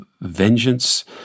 vengeance